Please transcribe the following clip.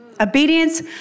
Obedience